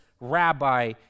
rabbi